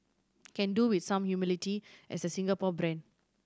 can do with some humility as a Singapore brand